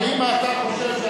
האם אתה חושב,